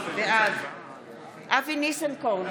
בעד אבי ניסנקורן,